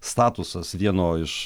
statusas vieno iš